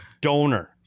Donor